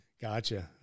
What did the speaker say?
Gotcha